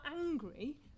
angry